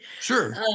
Sure